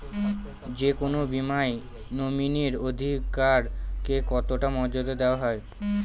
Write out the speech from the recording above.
যে কোনো বীমায় নমিনীর অধিকার কে কতটা মর্যাদা দেওয়া হয়?